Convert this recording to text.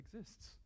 exists